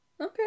Okay